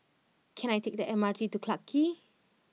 can I take the M R T to Clarke